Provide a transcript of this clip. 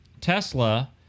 Tesla